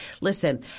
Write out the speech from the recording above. Listen